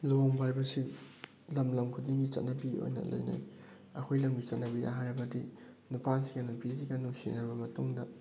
ꯂꯨꯍꯣꯡꯕ ꯍꯥꯏꯕꯁꯤ ꯂꯝ ꯂꯝ ꯈꯨꯗꯤꯡꯒꯤ ꯆꯠꯅꯕꯤ ꯑꯣꯏꯅ ꯂꯩꯅꯩ ꯑꯩꯈꯣꯏ ꯂꯝꯒꯤ ꯆꯠꯅꯕꯤ ꯍꯥꯏꯔꯕꯗꯤ ꯅꯨꯄꯥꯁꯤꯒ ꯅꯨꯄꯤꯁꯤꯒ ꯅꯨꯡꯁꯤꯅꯔꯕ ꯃꯇꯨꯡꯗ